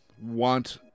want